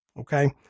Okay